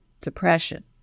depression